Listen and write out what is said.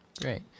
Great